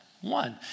One